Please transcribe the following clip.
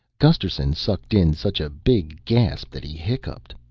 gusterson sucked in such a big gasp that he hiccuped.